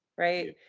right?